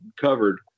covered